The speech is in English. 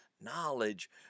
knowledge